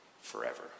forever